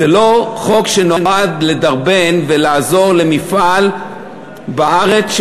זה לא חוק שנועד לדרבן ולעזור למפעל בארץ,